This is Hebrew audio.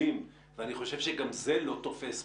אותם או שהיה לפני הסגר ולא הצליחו למלא?